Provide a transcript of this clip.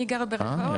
אני גרה ברחובות.